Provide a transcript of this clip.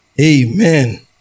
amen